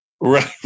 Right